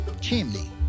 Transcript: Chimney